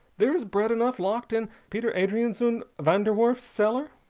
there is bread enough locked in pieter adriaanszoon van der werf's cellar.